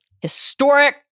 historic